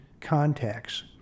contacts